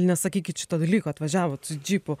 nesakykit šito dalyko atvažiavot su džipu